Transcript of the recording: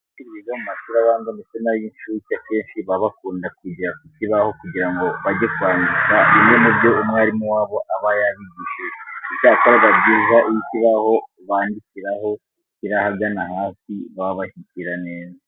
Abanyeshuri biga mu mashuri abanza ndetse n'ay'incuke akenshi baba bakunda kujya ku kibaho kugira ngo bajye kwandika bimwe mu byo umwarimu wabo aba yabigishije. Icyakora biba byiza iyo ikibaho bandikiraho kiri ahagana hasi baba bashyikira neza.